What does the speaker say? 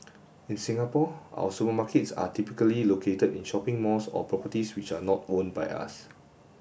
in Singapore our supermarkets are typically located in shopping malls or properties which are not own by us